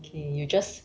kay you just